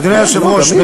אדוני היושב-ראש,